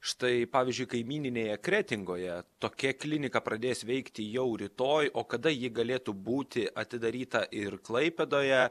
štai pavyzdžiui kaimyninėje kretingoje tokia klinika pradės veikti jau rytoj o kada ji galėtų būti atidaryta ir klaipėdoje